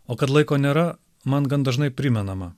o kad laiko nėra man gan dažnai primenama